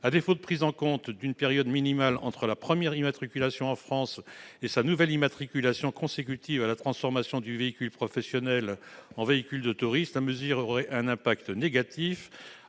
À défaut de prise en compte d'une période minimale entre la première immatriculation du véhicule en France et la nouvelle immatriculation consécutive à sa transformation de véhicule professionnel en véhicule de tourisme, la mesure aurait un effet négatif